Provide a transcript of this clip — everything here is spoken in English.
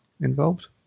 involved